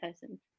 person